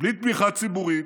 בלי תמיכה ציבורית,